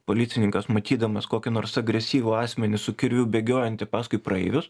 policininkas matydamas kokį nors agresyvų asmenį su kirviu bėgiojantį paskui praeivius